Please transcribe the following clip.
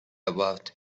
about